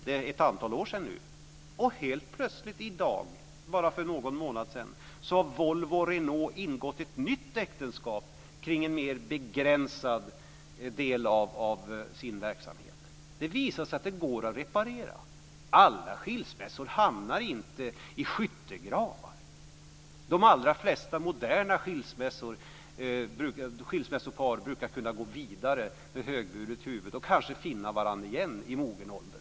Det är ett antal år sedan nu, men helt plötsligt, för bara någon månad sedan, ser vi att Volvo och Renault har ingått ett nytt äktenskap kring en mer begränsad del av verksamheten. Det visar att det går att reparera. Det är inte efter alla skilsmässor som man hamnar i skyttegravar. De flesta skilsmässopar brukar kunna gå vidare med högburet huvud och kanske finna varandra igen i mogen ålder.